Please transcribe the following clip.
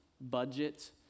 Budget